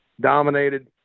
dominated